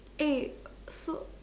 eh so